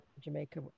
Jamaica